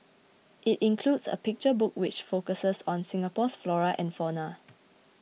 it includes a picture book which focuses on Singapore's flora and fauna